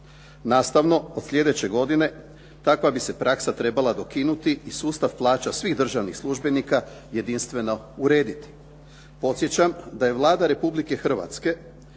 Nastavno, od sljedeće godine, takva bi se praksa trebala dokinuti i sustav plaća svih državnih službenika jedinstveno urediti. Podsjećam da je Vlada Republike Hrvatske